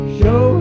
show